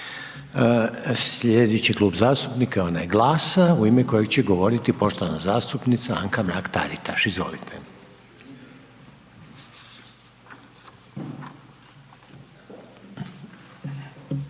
Sljedeći klub zastupnika je onaj GLAS-a u ime kojeg će govoriti poštovana zastupnica Anka Mrak Taritaš. Izvolite.